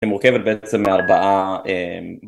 מורכבת בעצם מאה ארבעה